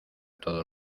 todos